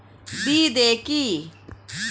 বিদে কি?